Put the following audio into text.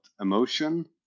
emotion